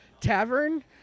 tavern